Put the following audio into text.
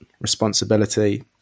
responsibility